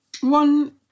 one